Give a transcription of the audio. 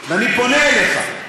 הנה, אני פונה אליך.